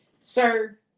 Sir